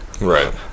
Right